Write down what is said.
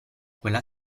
quella